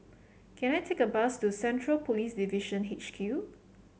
can I take a bus to Central Police Division H Q